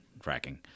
fracking